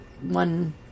one